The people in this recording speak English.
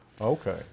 Okay